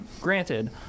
granted